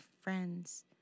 friends